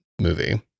movie